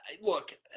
Look